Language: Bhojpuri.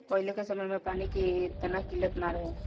पहिले के समय में पानी के एतना किल्लत ना रहे